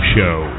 Show